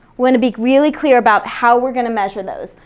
wanna be really clear about how we're going to measure those,